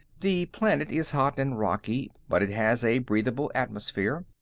the planet is hot and rocky, but it has a breathable atmosphere.